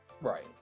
Right